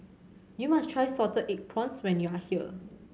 you must try salted egg prawns when you are here